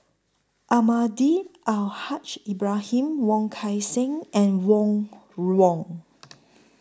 Almahdi Al Haj Ibrahim Wong Kan Seng and Ron Wong